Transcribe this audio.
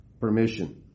permission